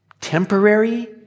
temporary